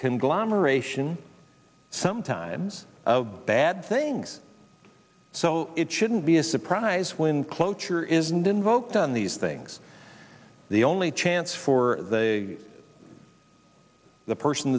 conglomeration sometimes of bad things so it shouldn't be a surprise when cloture isn't invoked on these things the only chance for the the person